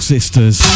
Sisters